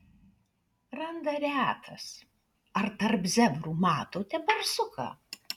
randa retas ar tarp zebrų matote barsuką